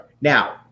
Now